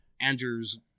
Andrew's